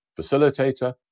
facilitator